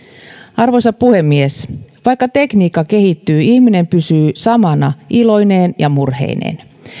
arvoisa puhemies vaikka tekniikka kehittyy ihminen pysyy samana iloineen ja murheineen